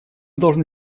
должны